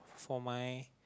for my